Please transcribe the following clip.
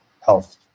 health